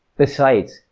besides,